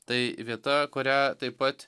tai vieta kurią taip pat